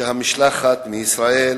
המשלחת מישראל